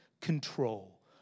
control